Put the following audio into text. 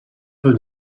peu